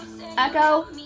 Echo